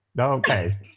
Okay